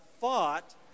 fought